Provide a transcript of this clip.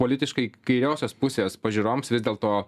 politiškai kairiosios pusės pažiūroms vis dėlto